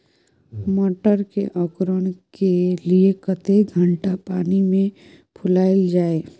मटर के अंकुरण के लिए कतेक घंटा पानी मे फुलाईल जाय?